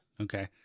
Okay